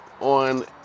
on